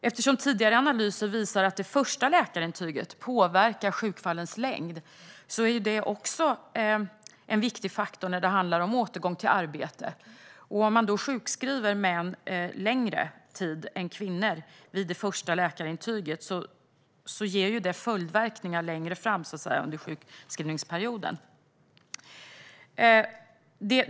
Eftersom tidigare analyser visar att det första läkarintyget påverkar sjukfallens längd är det också en viktig faktor när det handlar om återgång till arbetet. Om man då sjukskriver män längre tid än kvinnor i det första läkarintyget ger det följdverkningar längre fram under sjukskrivningsperioden.